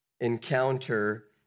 encounter